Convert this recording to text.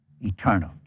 eternal